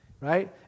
right